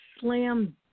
slam